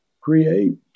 create